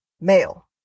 Male